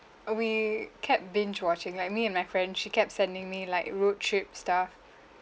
uh we kept binge watching like me and my friend she kept sending me like road trip stuff